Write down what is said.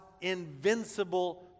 invincible